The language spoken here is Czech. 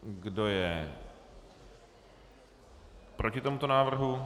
Kdo je proti tomuto návrhu?